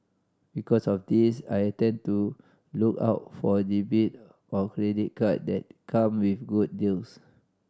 because of this I tend to look out for debit or credit card that come with good deals